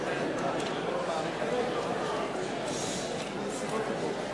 רבותי וחברי חברי הכנסת, אין שרים,